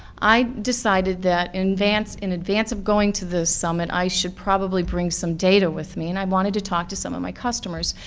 i decided that in advance in advance of going to the summit i should probably bring some data with me and i wanted to talk to some of my customers.